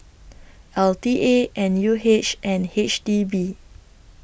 L T A N U H and H D B